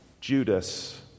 Judas